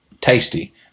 tasty